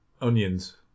onions